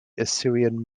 assyrian